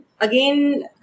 again